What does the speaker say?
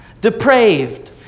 depraved